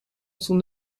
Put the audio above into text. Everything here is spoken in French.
son